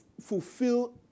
fulfill